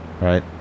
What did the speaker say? right